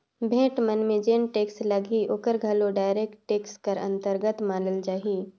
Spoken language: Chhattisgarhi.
भेंट मन में जेन टेक्स लगही ओहर घलो डायरेक्ट टेक्स कर अंतरगत मानल जाही